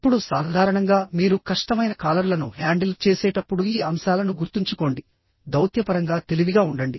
ఇప్పుడు సాధారణంగా మీరు కష్టమైన కాలర్లను హ్యాండిల్ చేసేటప్పుడు ఈ అంశాలను గుర్తుంచుకోండి దౌత్యపరంగా తెలివిగా ఉండండి